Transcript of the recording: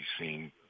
seen